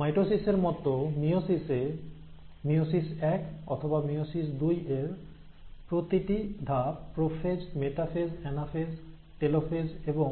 mitosis এর মত মিয়োসিসে মিয়োসিস এক অথবা মিয়োসিস দুই এর প্রতিটি ধাপ প্রোফেজ মেটাফেজ অ্যানাফেজ টেলোফেজ এবং